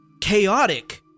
chaotic